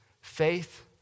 Faith